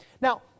Now